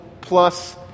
plus